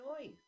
noise